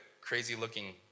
crazy-looking